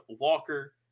Walker